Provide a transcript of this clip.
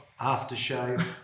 aftershave